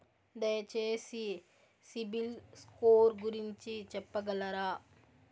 దయచేసి CIBIL score గురించి చెప్పగలరా?